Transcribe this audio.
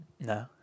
No